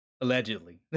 Allegedly